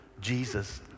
Jesus